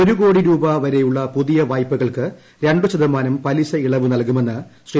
ഒരുകോടിരൂപ വരെയുള്ള പുതിയ വായ്പകൾക്ക് രണ്ടു ശതമാനം പലിശ ഇളവു നല്കുക്ടുമന്ന് ശ്രീ